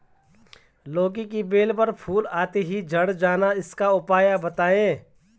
लौकी की बेल पर फूल आते ही झड़ जाना इसका उपाय बताएं?